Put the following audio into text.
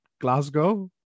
Glasgow